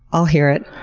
i'll hear it.